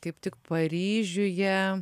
kaip tik paryžiuje